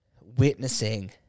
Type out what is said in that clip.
witnessing